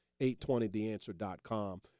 820theanswer.com